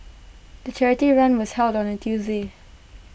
the charity run was held on A Tuesday